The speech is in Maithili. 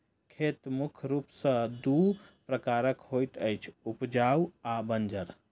खेत मुख्य रूप सॅ दू प्रकारक होइत अछि, उपजाउ आ बंजर